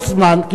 יש זמן,